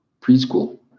preschool